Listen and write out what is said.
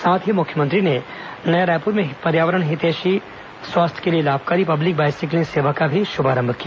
साथ ही मुख्यमंत्री ने नया रायपुर में पर्यावरण हितैषी स्वास्थ्य के लिए लाभकरी पब्लिक बाइसिकिल सेवा का शुभारंभ किया